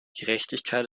gerechtigkeit